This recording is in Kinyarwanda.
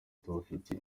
tubafitiye